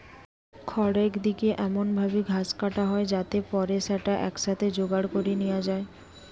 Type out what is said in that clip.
খড়রেক দিকি এমন ভাবি ঘাস কাটা হয় যাতে পরে স্যাটা একসাথে জোগাড় করি নিয়া যায়